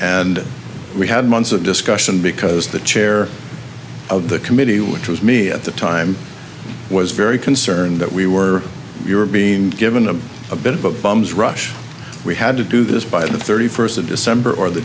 and we had months of discussion because the chair of the committee which was me at the time was very concerned that we were you're being given a a bit of a bum's rush we had to do this by the thirty first of december or the